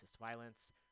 violence